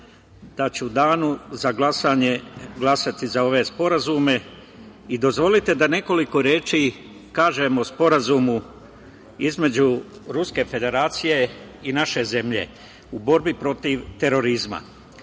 da ću u danu za glasanje glasati za ove sporazume i dozvolite da nekoliko reči kažem o Sporazumu između Ruske Federacije i naše zemlje u borbi protiv terorizma. Ovaj